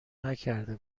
نکرده